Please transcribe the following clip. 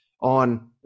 on